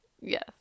Yes